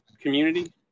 community